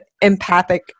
empathic